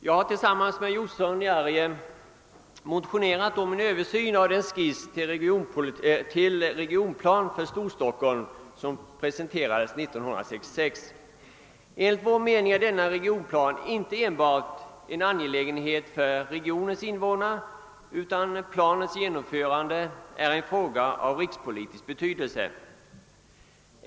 Jag har tillsammans med herr Josefson i Arrie motionerat om en översyn av den skiss till regionplan för Storstockholm som presenterades 1966. Enligt vår mening är denna regionplan inte enbart en angelägenhet för regionens invånare, utan planens genomförande är en fråga av rikspolitisk betydelse.